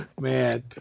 man